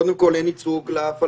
קודם כול אין ייצוג לפלסטינים,